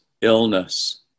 illness